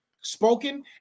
spoken